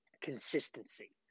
consistency